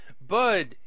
Bud